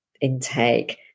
intake